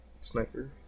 sniper